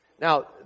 Now